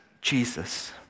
Jesus